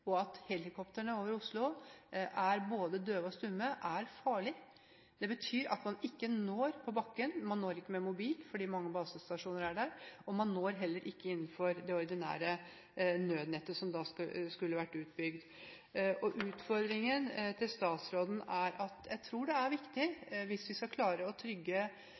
at helikoptrene over Oslo er både døve og stumme, er farlig. Det betyr at man ikke når fram på bakken, man når ikke fram med mobil – fordi det er for mange basestasjoner, og man når heller ikke fram innenfor det ordinære nødnettet som skulle vært utbygd. Utfordringen til statsråden er – og jeg tror det er viktig hvis vi skal klare å trygge